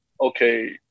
okay